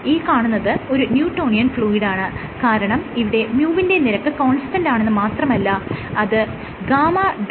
ഈ കാണുന്നത് ഒരു ന്യൂട്ടോണിയൻ ഫ്ലൂയിഡാണ് കാരണം ഇവിടെ µ വിന്റെ നിരക്ക് കോൺസ്റ്റന്റാണെന്ന് മാത്രമല്ല അത് γ